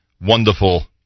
wonderful